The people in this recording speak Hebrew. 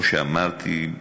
כמו שאמרתי,